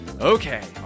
Okay